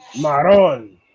Maron